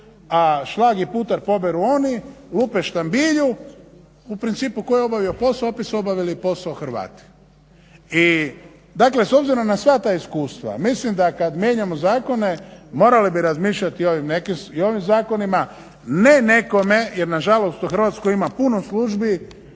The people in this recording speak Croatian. a šlag i putar poberu oni, lupe štambilj, u principu tko je obavio posao, opet su obavili posao hrvati i dakle s obzirom na sva ta iskustva mislim da kad mijenjamo zakone morali bi razmišljati o ovim nekim, i ovim zakonima, ne nekome jer na žalost u Hrvatskoj ima puno službi